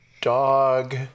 dog